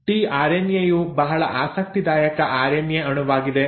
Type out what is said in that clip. tRNA ಯು ಬಹಳ ಆಸಕ್ತಿದಾಯಕ ಆರ್ಎನ್ಎ ಅಣುವಾಗಿದೆ